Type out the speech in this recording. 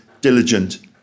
diligent